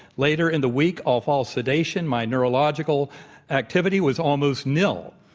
later in the week, off all sedation, my neurological activity was almost nil.